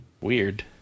Weird